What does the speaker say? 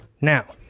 now